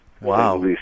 Wow